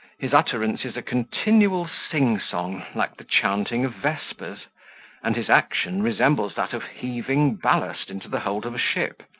his utterance is a continual sing-song, like the chanting of vespers and his action resembles that of heaving ballast into the hold of a ship.